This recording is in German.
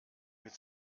mit